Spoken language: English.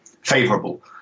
favorable